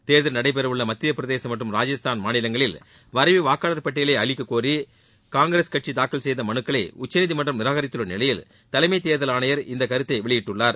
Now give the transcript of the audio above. தேர்தல் நடைபெறவுள்ள மத்தியபிரதேசம் மற்றும் ராஜஸ்தான் மாநிலங்களில் வரைவு வாக்காளர் பட்டியலை அளிக்கக்கோரி காங்கிரஸ் கட்சி தாக்கல் செய்த மனுக்களை உச்சநீதிமன்றம் நிராகரித்துள்ள நிலையில் தலைமை தேர்தல் ஆணையர் இந்த கருத்தை வெளியிட்டுள்ளார்